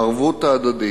הערבות ההדדית?